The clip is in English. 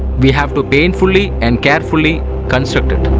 we have to painfully and carefully construct it